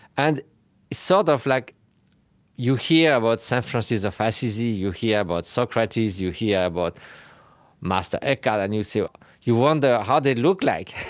and sort of like you hear about saint francis of assisi, you hear about socrates, you hear about meister eckhart, and you so you wonder how they look like.